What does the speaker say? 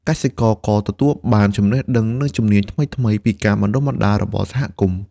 កសិករក៏ទទួលបានចំណេះដឹងនិងជំនាញថ្មីៗពីការបណ្ដុះបណ្ដាលរបស់សហគមន៍។